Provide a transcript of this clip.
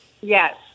Yes